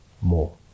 more